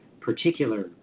particular